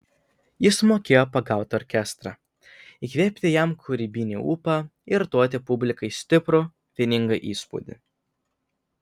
jis mokėjo pagauti orkestrą įkvėpti jam kūrybinį ūpą ir duoti publikai stiprų vieningą įspūdį